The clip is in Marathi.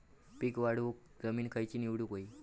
पीक वाढवूक जमीन खैची निवडुक हवी?